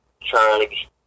charge